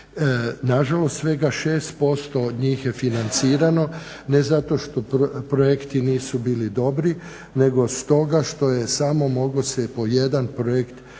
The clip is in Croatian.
Nažalost svega 6% od njih je financirano, ne zato što projekti nisu bili dobri nego stoga što je samo mogao po 1 projekt iz